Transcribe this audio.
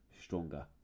stronger